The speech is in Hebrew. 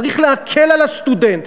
צריך להקל על הסטודנט.